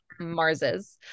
Marses